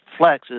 flexes